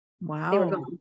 wow